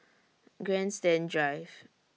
Grandstand Drive